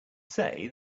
say